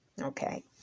okay